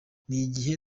n’igihe